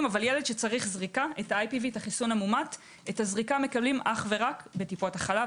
אבל ילד שצריך את הזריקה את ה- IPV את הזריקה מקבלים רק בטיפות החלב.